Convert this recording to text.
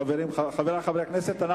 חברי חברי הכנסת,